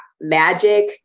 magic